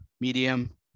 medium